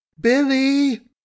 Billy